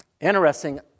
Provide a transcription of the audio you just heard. Interesting